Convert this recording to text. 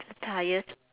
the tyres